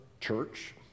church